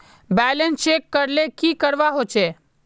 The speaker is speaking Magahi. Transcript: बैलेंस चेक करले की करवा होचे?